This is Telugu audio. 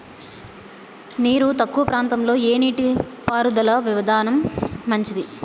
నీరు తక్కువ ప్రాంతంలో ఏ నీటిపారుదల విధానం మంచిది?